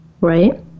right